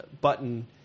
Button